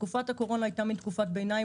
תקופת הקורונה הייתה מין תקופת ביניים,